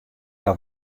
hja